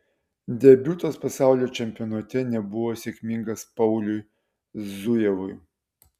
debiutas pasaulio čempionate nebuvo sėkmingas pauliui zujevui